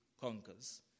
conquers